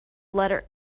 letter